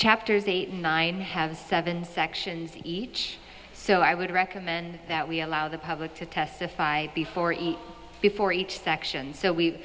chapters eight nine has seven sections each so i would recommend that we allow the public to testify before each before each section so we